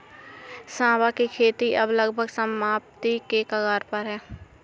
सांवा की खेती अब लगभग समाप्ति के कगार पर है